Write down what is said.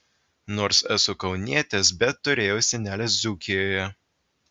nors esu kaunietis bet turėjau senelius dzūkijoje